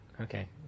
Okay